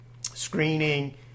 screening